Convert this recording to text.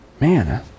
Man